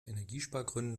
energiespargründen